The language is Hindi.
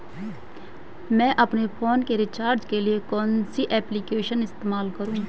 मैं अपने फोन के रिचार्ज के लिए कौन सी एप्लिकेशन इस्तेमाल करूँ?